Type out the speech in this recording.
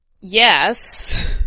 yes